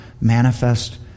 manifest